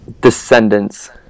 Descendants